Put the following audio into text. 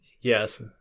Yes